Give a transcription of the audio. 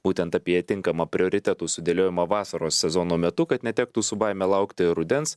būtent apie tinkamą prioritetų sudėliojimą vasaros sezono metu kad netektų su baime laukti rudens